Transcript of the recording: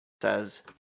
says